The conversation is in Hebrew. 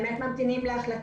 מי יחליט על המדיניות?